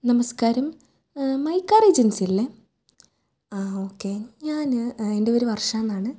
നമസ്ക്കാരം my car agency അല്ലേ ആ ഓക്കേ ഞാൻ എൻ്റെ പേര് വർഷ എന്നാണ്